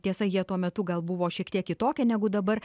tiesa jie tuo metu gal buvo šiek tiek kitokie negu dabar